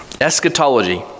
Eschatology